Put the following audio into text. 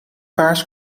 paars